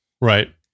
Right